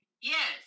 yes